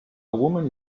woman